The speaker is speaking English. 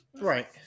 Right